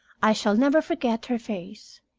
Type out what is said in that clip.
i shall never forget her face.